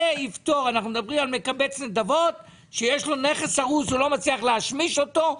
אנחנו מדברים על מקבץ נדבות שיש לו נכס הרוס והוא לא מצליח להשמיש אותו.